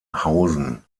hausen